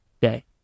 day